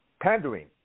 pandering